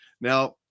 Now